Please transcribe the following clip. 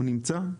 הוא נמצא?